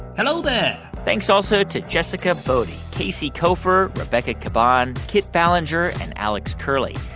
hello there thanks also to jessica boddy, casey koeffer, rebecca caban, kit ballenger and alex curley.